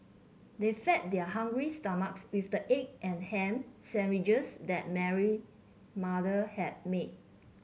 they fed their hungry stomachs with the egg and ham sandwiches that Mary mother had made